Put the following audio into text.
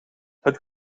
het